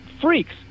freaks